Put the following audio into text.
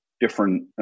different